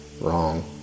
wrong